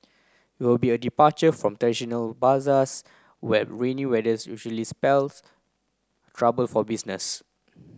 it will be a departure from traditional bazaars where rainy weathers usually spells trouble for business